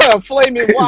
Flaming